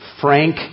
Frank